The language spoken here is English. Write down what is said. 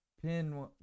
Pin